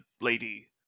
lady